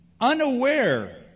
unaware